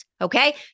okay